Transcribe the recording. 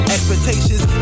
Expectations